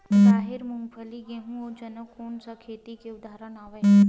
राहेर, मूंगफली, गेहूं, अउ चना कोन सा खेती के उदाहरण आवे?